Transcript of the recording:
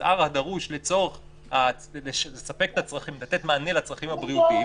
במזער הדרוש לתת מענה לצרכים הבריאותיים.